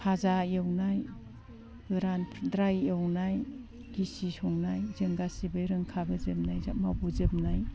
भाजा एवनाय गोरान द्राय एवनाय गिसि संनाय जों गासैबो रोंखाबोजोबनाय जों मावबोजोबनाय